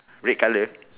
red colour